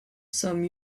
some